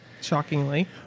shockingly